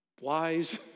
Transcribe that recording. wise